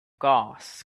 gas